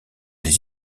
les